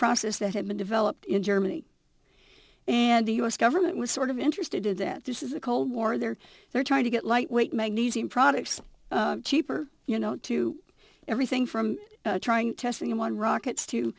process that had been developed in germany and the u s government was sort of interested in that this is a cold war there they're trying to get lightweight magnesium products cheaper you know to everything from trying testing them on rockets to